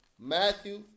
Matthew